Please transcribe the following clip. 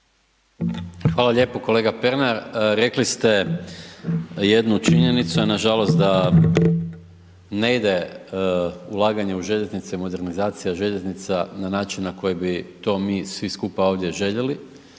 Hvala lijepo. Kolega Pernar, rekli ste jednu činjenicu na žalost da ne ide ulaganje u željeznice, modernizacija željeznica na način na koji bi to mi svi skupa ovdje željeli